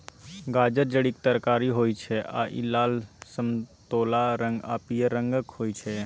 गाजर जड़िक तरकारी होइ छै आ इ लाल, समतोला रंग आ पीयर रंगक होइ छै